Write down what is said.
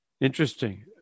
Interesting